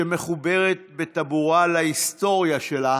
שמחוברת בטבורה להיסטוריה שלה